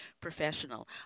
professional